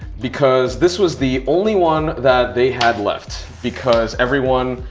because this was the only one that they had left. because everyone,